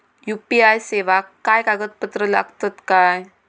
UPI सेवाक काय कागदपत्र लागतत काय?